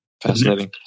Fascinating